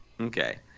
okay